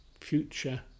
future